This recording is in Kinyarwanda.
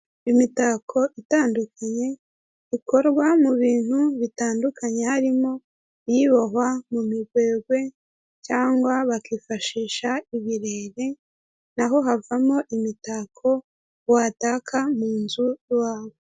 Imitako itandukanye ikorwa mu bintu bitandukanye, harimo iyibohwa mu migwegwe cyangwa bakifashisha ibirere naho havamo imitako wataka mu nzu iwawe.